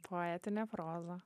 poetinė proza